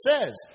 says